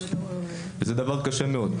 זה דבר קשה מאוד.